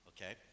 okay